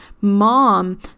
mom